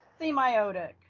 Semiotic